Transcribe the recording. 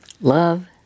Love